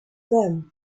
them